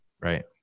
Right